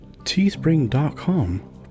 teespring.com